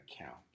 account